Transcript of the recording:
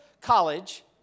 college